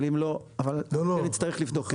אבל אם לא אבל כן נצטרך לבדוק.